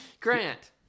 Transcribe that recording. Grant